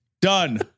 done